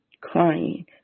crying